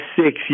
six